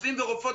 רופאים ורופאות,